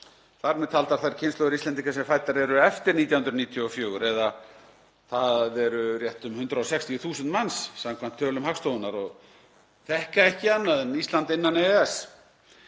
þar með taldar þær kynslóðir Íslendinga sem fæddar eru eftir 1994 eða rétt um 160.000 manns samkvæmt tölum Hagstofunnar sem þekkja ekki annað en Ísland innan EES.